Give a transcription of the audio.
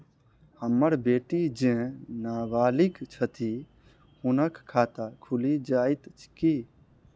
हम्मर बेटी जेँ नबालिग छथि हुनक खाता खुलि जाइत की?